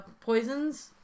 poisons